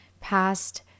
past